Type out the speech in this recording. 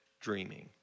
dreaming